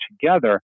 together